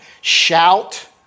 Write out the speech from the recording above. Shout